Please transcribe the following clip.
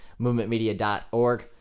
movementmedia.org